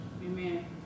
Amen